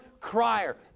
crier